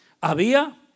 había